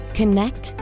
connect